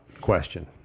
question